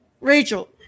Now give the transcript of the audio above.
Rachel